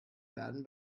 werden